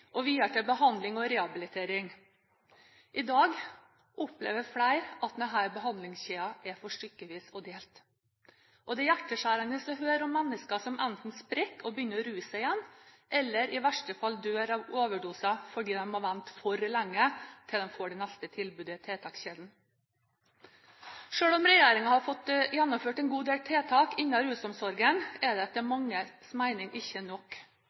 og videre til behandling og rehabilitering. I dag opplever flere at denne behandlingskjeden er for stykkevis og delt. Og det er hjerteskjærende å høre om mennesker som enten sprekker og begynner å ruse seg igjen, eller i verste fall dør av overdoser fordi de må vente for lenge til de får det neste tilbudet i tiltakskjeden. Selv om regjeringen har fått gjennomført en god del tiltak innen rusomsorgen, er det etter manges mening ikke nok.